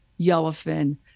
yellowfin